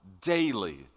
daily